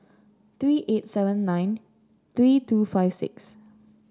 three eight seven nine three two five six